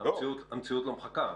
המציאות לא מחכה.